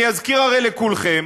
אני אזכיר הרי לכולכם,